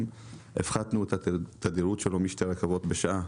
הפחתנו את התדירות שלו משתי רכבות בשעת